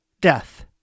death